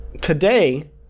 today